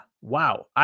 Wow